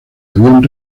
avión